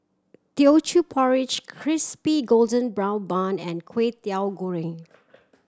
Teochew Porridge Crispy Golden Brown Bun and Kway Teow Goreng